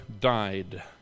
died